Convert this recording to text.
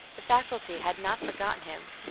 the faculty had not forgotten him.